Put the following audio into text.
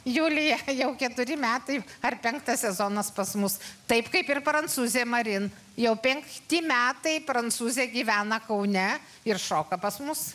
julija jau keturi metai ar penktas sezonas pas mus taip kaip ir prancūzė marin jau penkti metai prancūzė gyvena kaune ir šoka pas mus